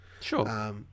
Sure